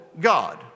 God